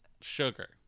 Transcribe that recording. Sugar